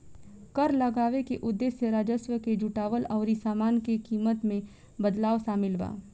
कर लगावे के उदेश्य राजस्व के जुटावल अउरी सामान के कीमत में बदलाव शामिल बा